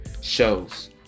shows